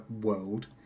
world